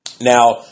Now